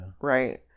right